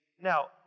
Now